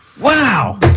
Wow